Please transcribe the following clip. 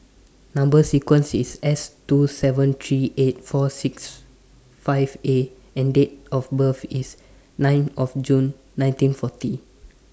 Number sequence IS S two seven three eight four six five A and Date of birth IS nine of June nineteen forty